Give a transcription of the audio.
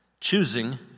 choosing